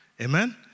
Amen